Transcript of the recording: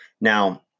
Now